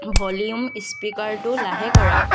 volume স্পিকাৰটো লাহে কৰা